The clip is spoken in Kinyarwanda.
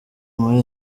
muri